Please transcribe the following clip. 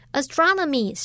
astronomy